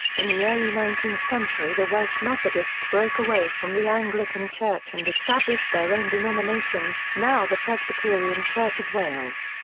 in the early nineteenth century the welsh methodists broke away from the anglican church and established their own denomination, now the presbyterian church of wales.